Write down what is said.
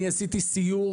עשיתי סיור